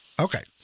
Okay